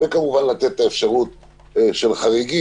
וכמובן לתת את האפשרות של חריגים,